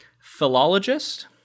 philologist